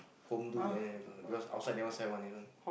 home do then have lah because outside never sell one you know